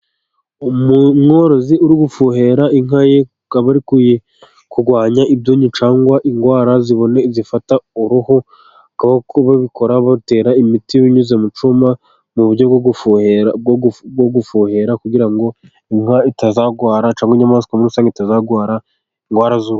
Umworozi uri gufuhera inka ye，akaba ari kurwanya ibyonnyi cyangwa indwara zifata uruhu，akaba babikora batera binyuze mu cyuma，mu buryo bwo gufuhera，kugira ngo inka itazarwara cyangwa inyamaswa muri rusange itazarwara，indwara z'uruhu.